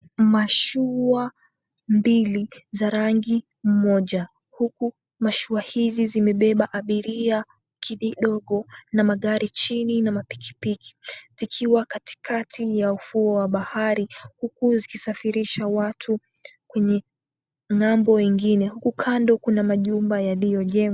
Mashua mbili za rangi moja huku mashua hizi zimebeba abiria kidogo na magari chini na pikipiki zikiwa katikati ya ufuo wa bahari huku zikisafarisha watu kwenye ng'ambo ingine huku kando kuna majumba yaliyojengwa.